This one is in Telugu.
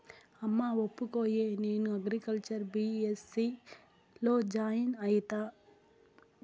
అమ్మా ఒప్పుకోయే, నేను అగ్రికల్చర్ బీ.ఎస్.సీ లో జాయిన్ అయితా